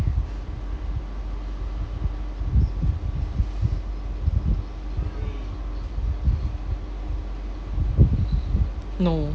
no